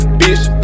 bitch